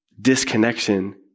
disconnection